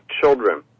children